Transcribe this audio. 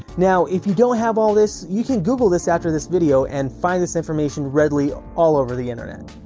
now, if you don't have all this, you can google this after this video and find this information readily all over the internet.